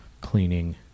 cleaning